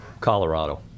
Colorado